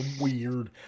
weird